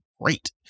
great